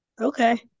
Okay